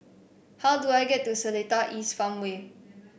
how do I get to Seletar East Farmway